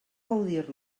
gaudir